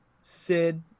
Sid